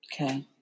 Okay